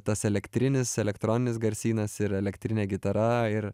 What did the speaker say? tas elektrinis elektroninis garsynas ir elektrinė gitara ir